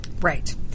Right